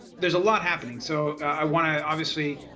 there's a lot happening so i want to obviously,